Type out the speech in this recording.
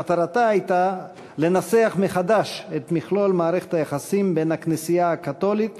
שמטרתה הייתה לנסח מחדש את מכלול מערכת היחסים בין הכנסייה הקתולית